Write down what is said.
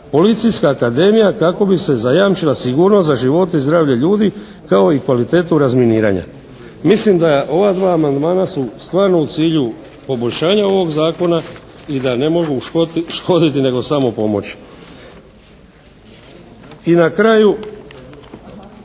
policijska akademija, kako bi se zajamčila sigurnost za živote i zdravlje ljudi kao i kvalitetu razminiranja. Mislim da ova dva amandmana su stvarno u cilju poboljšanja ovog zakona i da ne mogu škoditi nego samo pomoći. I na kraju